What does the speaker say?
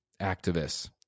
activists